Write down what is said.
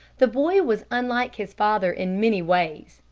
the boy was unlike his father in many ways,